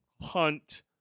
Hunt